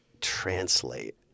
translate